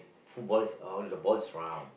footballers uh the ball is round